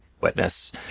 witness